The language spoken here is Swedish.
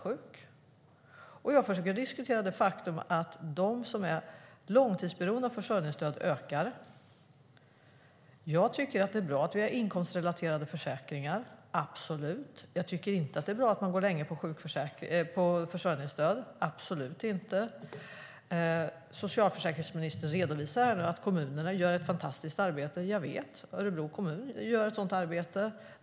Jag försöker diskutera det faktum att antalet som är långtidsberoende av försörjningsstöd ökar. Jag tycker att det är bra att vi har inkomstrelaterade försäkringar - absolut. Jag tycker inte att det är bra att man går länge på försörjningsstöd - absolut inte. Socialförsäkringsministern redovisar att kommunerna gör ett fantastiskt arbete. Jag vet det. Örebro kommun gör ett sådant arbete.